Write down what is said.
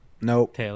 Nope